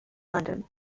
london